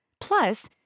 Plus